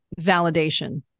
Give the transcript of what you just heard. validation